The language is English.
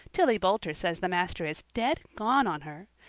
tillie boulter says the master is dead gone on her.